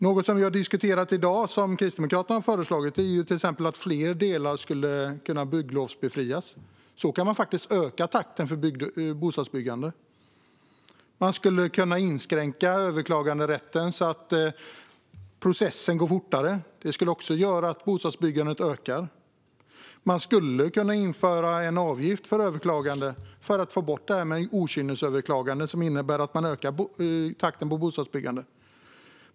Något vi har diskuterat i dag som Kristdemokraterna har föreslagit är att fler delar skulle kunna bygglovsbefrias. Så kan man faktiskt öka takten på bostadsbyggandet. Man skulle också kunna inskränka överklaganderätten så att processen går fortare. Man skulle kunna införa en avgift för överklagande för att få bort detta med överkynnesöverklagande. Det skulle också öka takten på bostadsbyggandet.